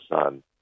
son